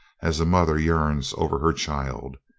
as a mother yearns over her child.